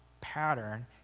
pattern